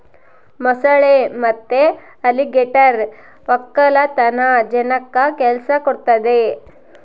ಮೊಸಳೆ ಮತ್ತೆ ಅಲಿಗೇಟರ್ ವಕ್ಕಲತನ ಜನಕ್ಕ ಕೆಲ್ಸ ಕೊಡ್ತದೆ